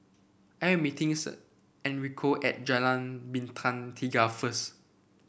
I am meeting Enrico at Jalan Bintang Tiga first